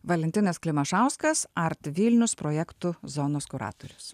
valentinas klimašauskas artvilnius projektų zonos kuratorius